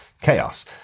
chaos